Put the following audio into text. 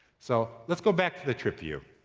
so let's go back to the trip view.